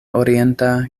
orienta